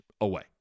away